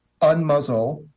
unmuzzle